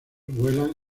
vuelan